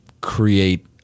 create